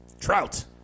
Trout